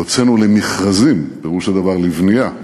והוצאנו למכרזים, פירוש הדבר לבנייה,